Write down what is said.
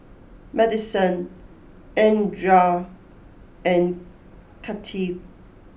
Maddison Andrae and Kathi